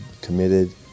committed